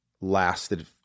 lasted